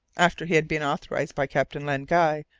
after he had been authorized by captain len guy,